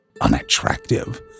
unattractive